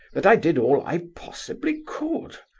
that i did all i possibly could.